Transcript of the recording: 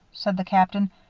said the captain,